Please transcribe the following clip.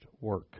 work